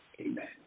Amen